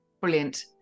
Brilliant